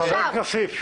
חבר הכנסת כסיף.